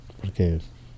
porque